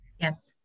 yes